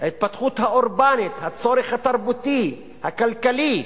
ההתפתחות האורבנית, הצורך התרבותי, הכלכלי.